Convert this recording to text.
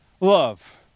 love